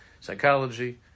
psychology